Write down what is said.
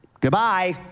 Goodbye